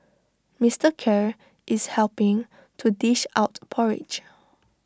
Mister Khair is helping to dish out porridge